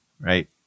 right